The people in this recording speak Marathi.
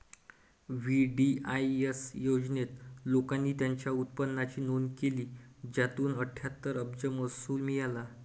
वी.डी.आई.एस योजनेत, लोकांनी त्यांच्या उत्पन्नाची नोंद केली, ज्यातून अठ्ठ्याहत्तर अब्ज महसूल मिळाला